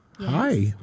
Hi